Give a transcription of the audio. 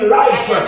life